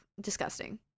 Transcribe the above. disgusting